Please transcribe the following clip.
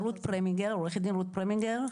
רות פרמינגר,